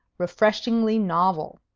refreshingly novel.